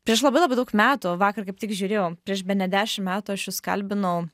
prieš labai labai daug metų vakar kaip tik žiūrėjau prieš bene dešimt metų aš jus kalbinau